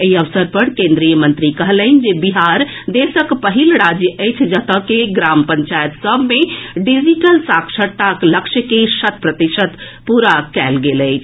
एहि अवसर पर कोन्द्रीय मंत्री कहलनि जे बिहार देशक पहिल राज्य अछि जतऽ के ग्राम पंचायत सभ मे डिजिटल साक्षरताक लक्ष्य के शत प्रतिशत पूरा कयल गेल अछि